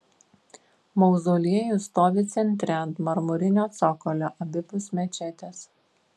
mauzoliejus stovi centre ant marmurinio cokolio abipus mečetės